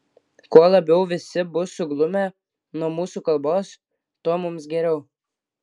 kuo labiau visi bus suglumę nuo mūsų kalbos tuo mums geriau